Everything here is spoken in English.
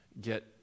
get